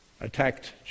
attacked